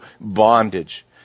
bondage